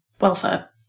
welfare